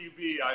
TV